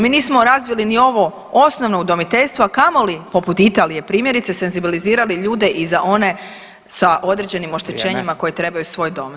Mi nismo razvili ni ovo osnovno udomiteljstvo, a kamoli poput Italije primjerice senzibilizirali ljude i za one sa određenim oštećenjima [[Upadica: Vrijeme.]] koji trebaju svoj dom.